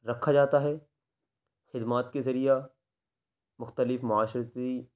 رکھا جاتا ہے خدمات کے ذریعہ مختلف معاشرتی